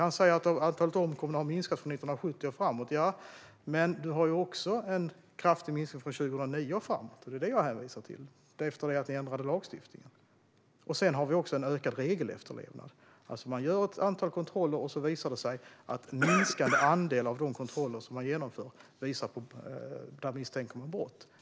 Han säger att antalet omkomna har minskat från 1970 och framåt. Ja, men det är också en kraftig minskning från 2009 och framåt, och det är den jag hänvisar till. Det är efter det att ni ändrade lagstiftningen. Sedan har vi också en ökad regelefterlevnad. Man gör ett antal kontroller, och då visar det sig att en minskad andel av de kontroller som man genomfört visar på misstänkt brott.